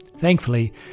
Thankfully